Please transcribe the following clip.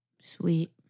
Sweet